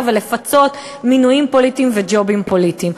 ולפצות מינויים פוליטיים וג'ובים פוליטיים.